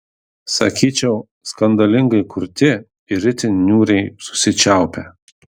sakyčiau skandalingai kurti ir itin niūriai susičiaupę